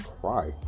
cry